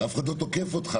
ואף אחד לא תוקף אותך.